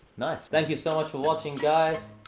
nice. thank you so much for watching, guys.